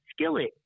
skillet